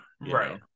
right